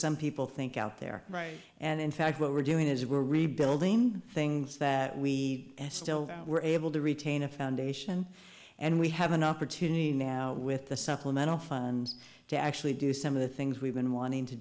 some people think out there and in fact what we're doing is we're rebuilding things that we still were able to retain a foundation and we have an opportunity now with the supplemental funds to actually do some of the things we've been wanting to